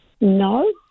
No